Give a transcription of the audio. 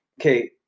okay